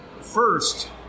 first